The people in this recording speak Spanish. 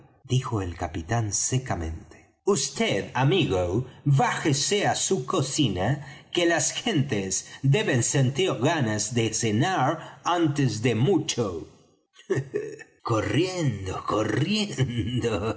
dijo el capitán secamente vd amigo bájese á su cocina que las gentes deben sentir ganas de cenar antes de mucho corriendo corriendo